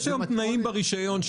יש היום תנאים ברישיון,